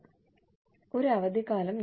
ഞങ്ങൾക്ക് ഒരു അവധിക്കാലമുണ്ട്